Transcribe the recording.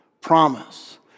promise